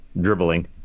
dribbling